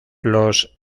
los